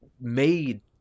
made